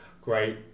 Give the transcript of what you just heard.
great